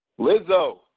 Lizzo